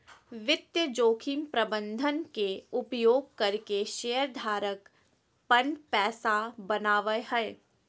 वित्तीय जोखिम प्रबंधन के उपयोग करके शेयर धारक पन पैसा बनावय हय